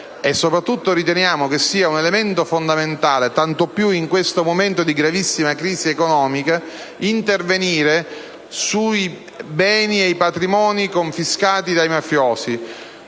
e soprattutto riteniamo fondamentale, tanto più in questo momento di gravissima crisi economica, intervenire sui beni ed i patrimoni confiscati ai mafiosi.